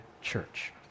church